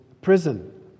prison